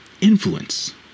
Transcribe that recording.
influence